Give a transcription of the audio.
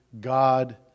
God